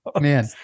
Man